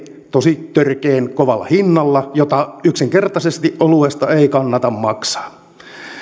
tosi törkeän kovalla hinnalla jota yksinkertaisesti oluesta ei kannata maksaa